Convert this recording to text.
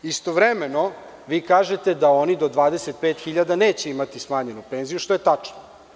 Istovremeno, vi kažete da oni do 25.000 neće imati smanjenu penziju, što je tačno.